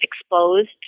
exposed